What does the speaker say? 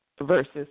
versus